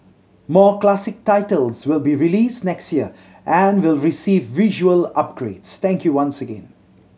more classic titles will be released next year and will receive visual upgrades thank you once again